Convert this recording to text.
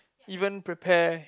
even prepare